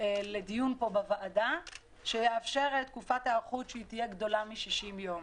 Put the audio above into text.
לדיון בוועדה שיאפשר תקופת היערכות גדולה מ-60 יום.